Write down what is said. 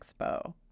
Expo